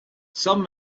some